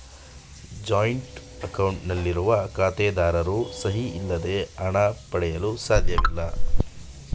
joint account ನಲ್ಲಿರುವ ಖಾತೆದಾರರ ಸಹಿ ಇಲ್ಲದೆ ಹಣ ಪಡೆಯಲು ಸಾಧ್ಯವಿಲ್ಲ